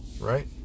right